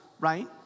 Right